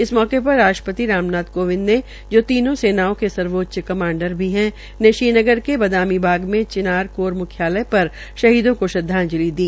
इस मौके पर राष्ट्रपति राम नाथ कोविंद जो तीनों सेनाओं के सर्वोच्च कमांडर भी है ने श्रीनगर के बदामी बाग में चिनार कोर म्ख्यालय शहीदों को श्रद्वाजंलि दी